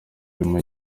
ariko